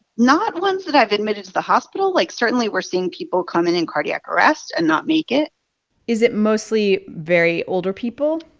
not ones that i've admitted to the hospital. like, certainly, we're seeing people come in in cardiac arrest and not make it is it mostly very older people?